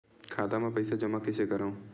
खाता म पईसा जमा कइसे करव?